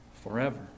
forever